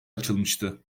açılmıştı